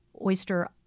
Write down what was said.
oyster